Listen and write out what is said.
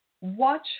Watch